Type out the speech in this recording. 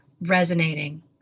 resonating